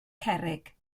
cerrig